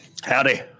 Howdy